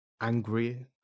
angry